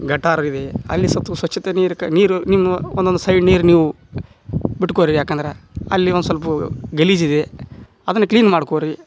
ಗಟಾರ ಇವೆ ಅಲ್ಲಿ ಸತು ಸ್ವಚ್ಛತೆ ನೀರು ಕ ನೀರು ನಿಮ್ಮ ಒಂದೊಂದು ಸೈಡ್ ನೀರು ನೀವು ಬಿಟ್ಟುಕೋರಿ ಯಾಕಂದ್ರೆ ಅಲ್ಲಿ ಒಂದು ಸಲ್ಪ ಗಲೀಜಿದೆ ಅದನ್ನು ಕ್ಲೀನ್ ಮಾಡಿಕೋರಿ